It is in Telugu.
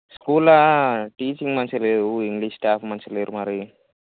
స్కూల్లో టీచింగ్ మంచిగా లేదు ఇంగ్లీష్ స్టాఫ్ మంచిగా లేరు మరి